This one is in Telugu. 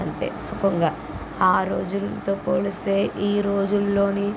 అంతే సుఖంగా ఆ రోజుల్తో పోలిస్తే ఈ రోజుల్లోని